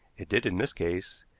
it did in this case.